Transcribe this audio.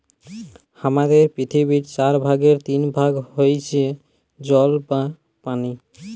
হামাদের পৃথিবীর চার ভাগের তিন ভাগ হইসে জল বা পানি